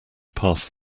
passed